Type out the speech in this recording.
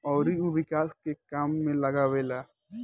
अउरी उ विकास के काम में लगावेले